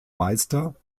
meister